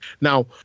Now